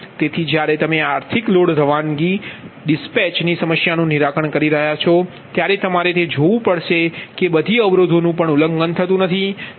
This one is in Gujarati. તેથી જ્યારે તમે આર્થિક લોડ રવાનગી ની સમસ્યાનું નિરાકરણ કરી રહ્યાં છો ત્યારે તમારે તે જોવું પડશે કે બધી અવરોધોનું પણ ઉલ્લંઘન થતુ નથી